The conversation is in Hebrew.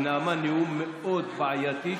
היא נאמה נאום מאוד בעייתי,